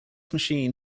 machine